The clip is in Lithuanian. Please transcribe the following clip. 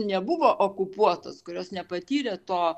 nebuvo okupuotos kurios nepatyrė to